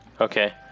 Okay